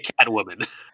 Catwoman